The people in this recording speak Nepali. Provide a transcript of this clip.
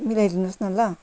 मिलाइ दिनुहोस् न ल